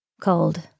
Cold